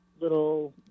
little